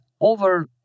over